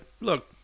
look